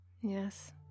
Yes